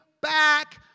back